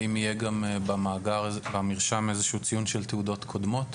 אבל האם יהיה במרשם גם איזה שהוא ציון של תעודות קודמות?